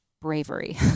bravery